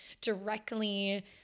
directly